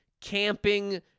camping